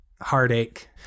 heartache